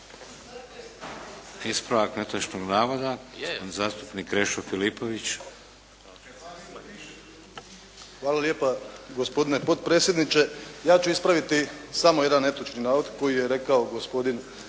Ispravak netočnog navoda, zastupnik Krešo Filipović. **Filipović, Krešo (HDZ)** Hvala lijepa gospodine potpredsjedniče. Ja ću ispraviti samo jedan netočni navod koji je rekao gospodin